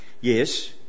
Yes